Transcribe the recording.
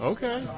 Okay